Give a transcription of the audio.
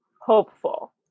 hopeful